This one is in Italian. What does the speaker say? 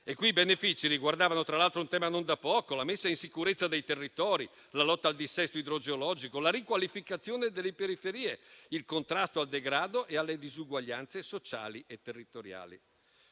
i benefici riguardavano tra l'altro un tema non da poco: la messa in sicurezza dei territori, la lotta al dissesto idrogeologico, la riqualificazione delle periferie, il contrasto al degrado e alle disuguaglianze sociali e territoriali.